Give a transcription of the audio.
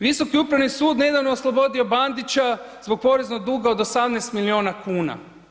Visoki upravni sud nedavno je oslobodio Bandića zbog poreznog duga od 18 milijuna kuna.